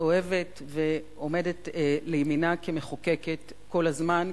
אוהבת ועומדת לימינה כמחוקקת כל הזמן,